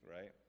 right